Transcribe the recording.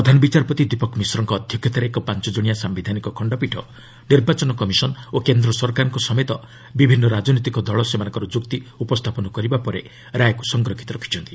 ପ୍ରଧାନ ବିଚାରପତି ଦୀପକ୍ ମିଶ୍ରଙ୍କ ଅଧ୍ୟକ୍ଷତାରେ ଏକ ପାଞ୍ଚକଣିଆ ସାୟିଧାନିକ ଖଣ୍ଡପୀଠ ନିର୍ବାଚନ କମିଶନ ଓ କେନ୍ଦ୍ର ସରକାରଙ୍କ ସମେତ ବିଭିନ୍ନ ରାଜନୈତିକ ଦଳ ସେମାନଙ୍କର ଯୁକ୍ତି ଉପସ୍ଥାପନ କରିବା ପରେ ରାୟକୁ ସଂରକ୍ଷିତ ରଖିଛନ୍ତି